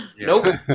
nope